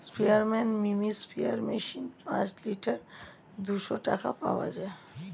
স্পেয়ারম্যান mini sprayer machine পাঁচ litre দুইশো টাকায় পাওয়া যায়